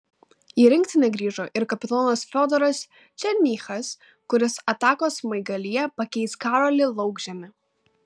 į rinktinę grįžo ir kapitonas fiodoras černychas kuris atakos smaigalyje pakeis karolį laukžemį